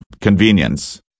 convenience